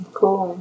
cool